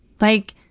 like.